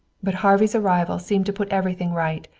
but harvey's arrival seemed to put everything right.